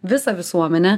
visą visuomenę